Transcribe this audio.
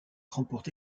remporte